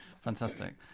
Fantastic